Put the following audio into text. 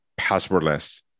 passwordless